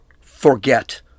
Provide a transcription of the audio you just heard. forget